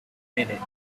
minute